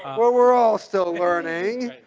um well, we're all still learning.